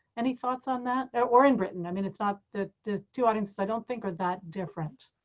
any thoughts on that or in britain. i mean, it's not the the two audiences, i don't think, are that different.